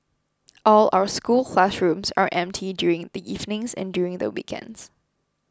all our school classrooms are empty during the evenings and during the weekends